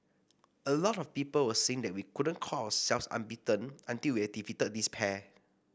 a lot of people were saying that we couldn't call ourselves unbeaten until we had defeated this pair